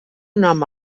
nom